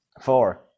Four